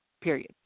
period